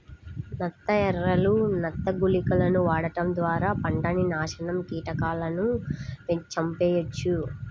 నత్త ఎరలు, నత్త గుళికలను వాడటం ద్వారా పంటని నాశనం కీటకాలను చంపెయ్యొచ్చు